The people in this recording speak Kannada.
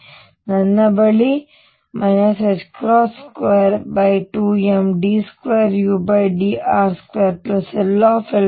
ಹಾಗಾಗಿ ನನ್ನ ಬಳಿ 22md2udr2 ll122mr2u Ze24π01ru |E|uಇದೆ